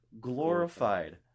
glorified